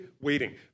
waiting